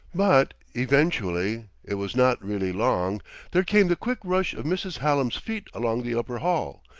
but eventually it was not really long there came the quick rush of mrs. hallam's feet along the upper hall,